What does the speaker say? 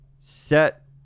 Set